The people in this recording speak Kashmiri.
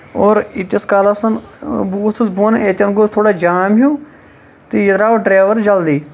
اور ییٖتِس کالَس ہن بہٕ وۄتھُس بۄن اَتین گوٚو تھوڑا جام ہِیوٗ تہٕ یہِ درٛاو ڈرایور جلدی